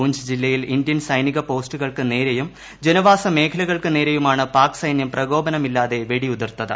പൂഞ്ച് ജില്ലിയിൽ് ഇന്ത്യൻ സൈനികപോസ്റ്റുകൾക്കു നേരെയും ജനവാസ മേഖലകൾക്കുനേരെയുമാണ് പാക് സൈന്യം പ്രകോപനമില്ലാതെ വെടിയുതിർത്തത്